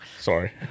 Sorry